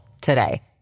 today